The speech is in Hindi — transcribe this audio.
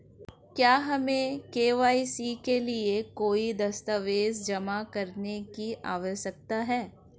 क्या हमें के.वाई.सी के लिए कोई दस्तावेज़ जमा करने की आवश्यकता है?